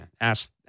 Ask